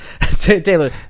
Taylor